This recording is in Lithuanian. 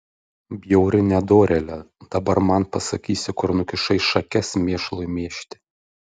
bjauri nedorėle dabar man pasakysi kur nukišai šakes mėšlui mėžti